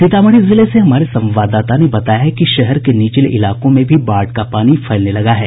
सीतामढ़ी जिले से हमारे संवाददाता ने बताया है कि शहर के निचले इलाकों में भी बाढ़ का पानी फैलने लगा है